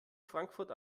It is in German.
frankfurt